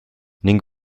ning